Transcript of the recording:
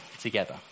together